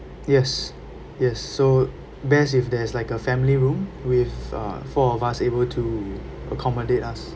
yes yes so best if there's like a family room with uh four of us able to accommodate us